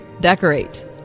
decorate